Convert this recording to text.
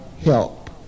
help